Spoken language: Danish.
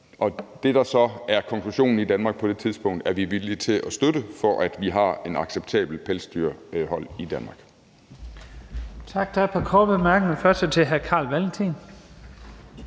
er. Det, der så er konklusionen i Danmark på det tidspunkt, er vi villige til at støtte, for at vi har et acceptabelt pelsdyrhold i Danmark.